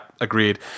agreed